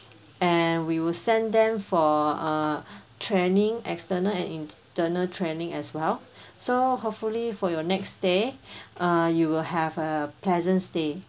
and we will send them for uh training external and internal training as well so hopefully for your next stay err you will have a pleasant stay